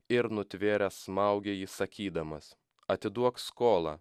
ir nutvėręs smaugė jį sakydamas atiduok skolą